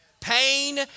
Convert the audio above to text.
Pain